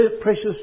precious